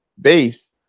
base